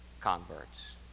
converts